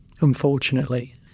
unfortunately